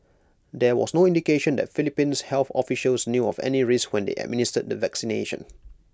there was no indication that Philippines health officials knew of any risks when they administered the vaccination